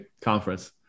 conference